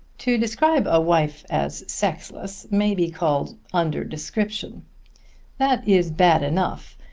to describe a wife as sexless may be called under-description that is bad enough,